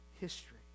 history